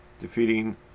defeating